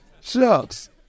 Shucks